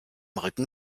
rücken